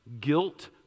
Guilt